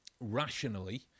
rationally